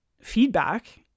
feedback